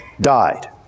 died